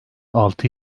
altı